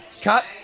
Cut